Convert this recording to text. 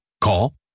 Call